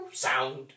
Sound